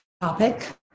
topic